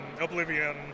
Oblivion